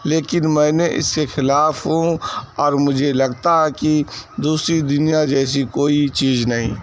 لیکن میں نے اس کے خلاف ہوں اور مجھے لگتا ہے کہ دوسری دنیا جیسی کوئی چیز نہیں